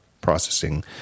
processing